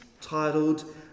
titled